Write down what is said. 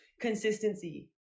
consistency